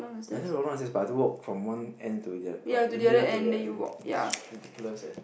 ya I still had to walk down the stairs but I have to walk from one end to the right the middle to the end it's ridiculous eh